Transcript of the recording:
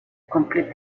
complete